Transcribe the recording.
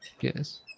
Yes